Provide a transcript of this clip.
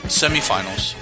semifinals